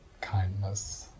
kindness